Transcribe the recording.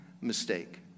mistake